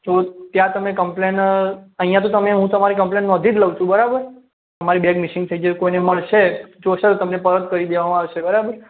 તો ત્યાં તમે કમ્પલેન અહીંયા તો તમે હું તમારી કમ્પલેન નોંધી જ લઉં છું બરાબર તમારી બેગ નિશ્ચિત જગ્યાએ કોઈને મળશે જોશે તો તમને પરત કરી દેવામાં આવશે બરાબર